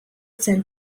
sein